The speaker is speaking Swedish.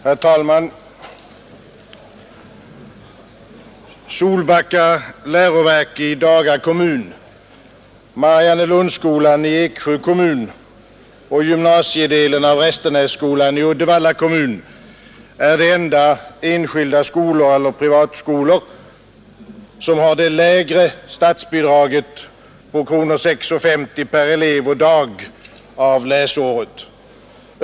Herr talman! Solbacka läroverk i Daga kommun, Mariannelundsskolan i Eksjö kommun och gymnasiedelen av Restenässkolan i Uddevalla kommun är de enskilda skolor eller privatskolor som har det lägre statsbidraget på kronor 6:50 per elev och dag av läsåret.